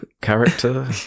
character